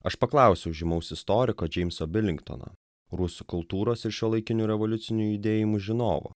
aš paklausiau žymaus istoriko džeimso bilingtono rusų kultūros ir šiuolaikinių revoliucinių judėjimų žinovo